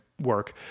work